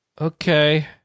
Okay